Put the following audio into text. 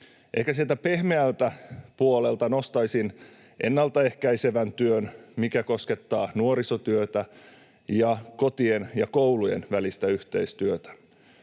Ehkä sieltä pehmeältä puolelta nostaisin ennalta ehkäisevän työn, mikä koskettaa nuorisotyötä ja kotien ja koulujen välistä yhteistyötä.